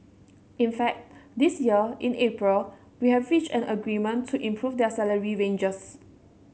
in fact this year in April we have reached an agreement to improve their salary ranges